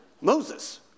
Moses